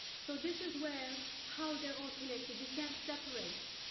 so, this is where how they're all connected. you can't separate.